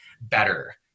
better